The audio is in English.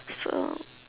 so